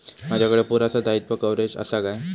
माजाकडे पुरासा दाईत्वा कव्हारेज असा काय?